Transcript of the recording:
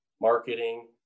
marketing